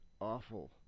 awful